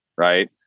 Right